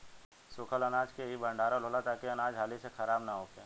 सूखल अनाज के ही भण्डारण होला ताकि अनाज हाली से खराब न होखे